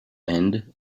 end